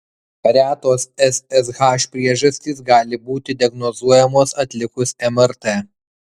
retos ssh priežastys gali būti diagnozuojamos atlikus mrt